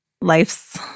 life's